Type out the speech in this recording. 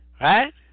Right